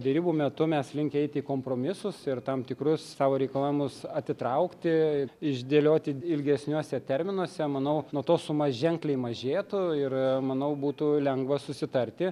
derybų metu mes linkę eiti kompromisus ir tam tikrus savo reikalavimus atitraukti išdėlioti ilgesniuose terminuose manau nuo to suma ženkliai mažėtų ir manau būtų lengva susitarti